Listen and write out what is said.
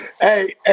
hey